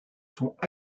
sont